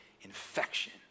infection